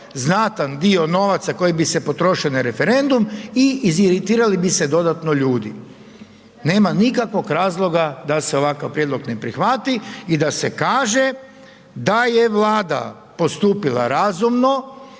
znatan dio novaca koji bise potroši na referendum i iziritiralo bi se dodatno ljudi. Nema nikakvog razloga da se ovakav prijedlog ne prihvati i da se kaže da je Vlada postupila razumno,